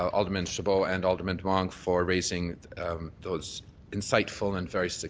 alderman chabot and alderman demong for raising those insightful and very so